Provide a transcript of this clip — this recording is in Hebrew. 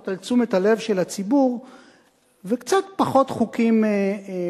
על תשומת הלב של הציבור וקצת פחות חוקים פרטיים.